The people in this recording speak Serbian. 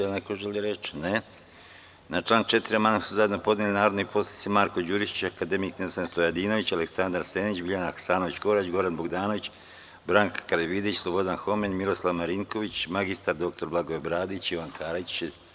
Da li neko želi reč? (Ne) Na član 4. amandman su zajedno podneli narodni poslanici Marko Đurišić, akademik Ninoslav Stojadinović, Aleksandar Senić, Biljana Hasanović Korać, Goran Bogdanović, Branka Karavidić, Slobodan Homen, Miroslav Marinković, magistar dr Blagoje Bradić i Ivan Karić.